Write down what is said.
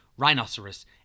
rhinoceros